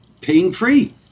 pain-free